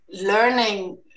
learning